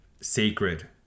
sacred